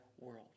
world